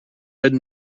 red